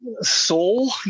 soul